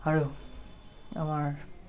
আৰু আমাৰ